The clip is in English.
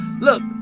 Look